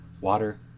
water